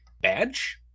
badge